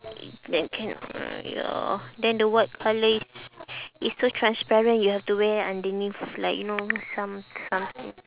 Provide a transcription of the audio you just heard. that can uh ya then the white colour is is so transparent you have to wear underneath like you know some something